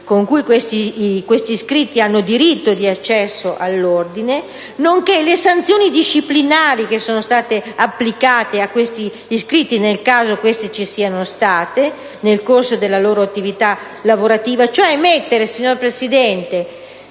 con cui gli iscritti hanno diritto di accesso all'ordine, nonché le sanzioni disciplinari applicate agli iscritti nel caso in cui queste ci siano state nel corso della loro attività lavorativa. In sostanza, signor Presidente,